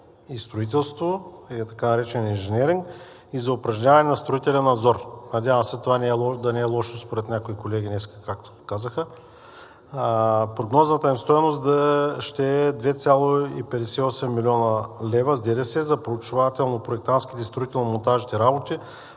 и строителство, или така наречения инженеринг, и за упражняване на строителен надзор. Надявам се това да не е лошо според някои колеги. Прогнозната им стойност ще е 2,58 млн. лв. с ДДС за проучвателно-проектантските и строително-монтажните работи,